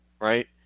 right